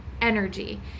energy